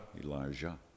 Elijah